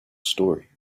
story